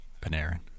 Panarin